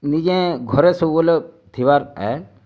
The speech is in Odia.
ନିଜେ ଘରେ ସବୁବେଲେ ଥିବାର୍ ଏ